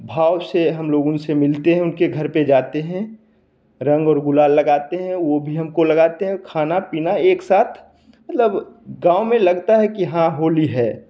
भाव से हम लोगों से मिलते उनके घर पे जाते हैं रंग और गुलाल लगाते हैं वो भी हमको लगाते खाना पीना एक साथ मतलब गाँव में लगता है कि हाँ होली है